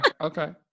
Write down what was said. Okay